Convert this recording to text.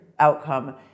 outcome